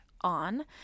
on